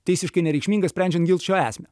teisiškai nereikšminga sprendžiant ginlčio esmę